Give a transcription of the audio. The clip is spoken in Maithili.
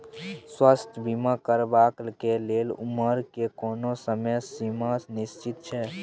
स्वास्थ्य बीमा करेवाक के लेल उमर के कोनो समय सीमा निश्चित छै?